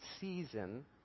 season